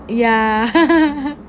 ya